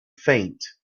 faint